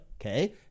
Okay